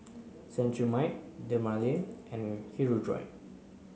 Cetrimide Dermale and Hirudoid